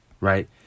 right